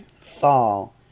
fall